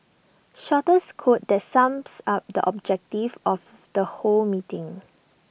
shortest quote that sums up the objective of the whole meeting